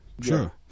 Sure